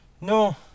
No